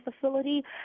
facility